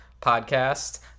podcast